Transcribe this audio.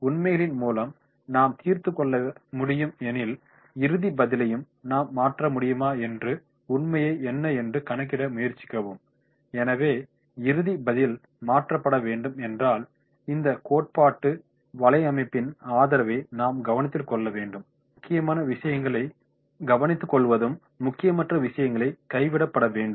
உண்மைகளின் மூலம் நாம் தீர்த்துக்கொள்ள முடியும் எனில் இறுதி பதிலை நாம் மாற்ற முடியுமா என்ற உண்மையை என்ன என்று கணக்கிட முயற்சிக்கவும் எனவே இறுதி பதில் மாற்றப்பட வேண்டும் என்றால் இந்த கோட்பாட்டு வலையமைப்பின் ஆதரவை நாம் கவனத்தில் கொள்ள வேண்டும் முக்கியமான விஷயங்களை கவனித்துக்கொள்வதும் முக்கியமற்ற விஷயங்களை கைவிடப்பட வேண்டும்